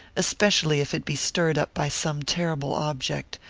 especially if it be stirred up by some terrible object,